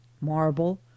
marble